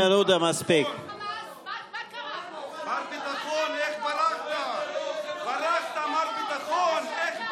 מר ביטחון, מר ביטחון, איך ברחת, כמו ארנב.